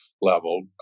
level